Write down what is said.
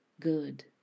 good